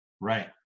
Right